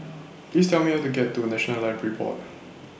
Please Tell Me How to get to National Library Board